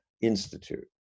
Institute